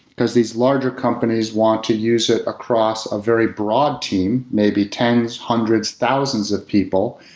because these larger companies want to use it across a very broad team, maybe tens, hundreds, thousands of people,